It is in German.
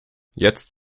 jetzt